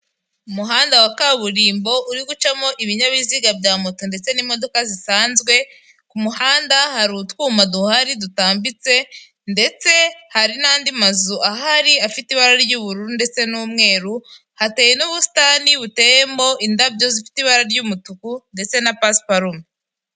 Umuhanda wa kaburimbo uri gucamo ibinyabiziga bya moto ndetse n'imodoka zisanzwe, ku muhanda hari utwuma duhari dutambitse ndetse hari n'andi mazu ahari afite ibara ry'ubururu ndetse n'umweru, hateye n'ubusitani buteyemo indabyo zifite ibara ry'umutuku ndetse na pasiparome.